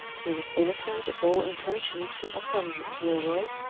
he was innocent of all intention to offend mrs. milroy.